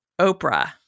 Oprah